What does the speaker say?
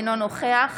אינו נוכח